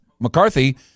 McCarthy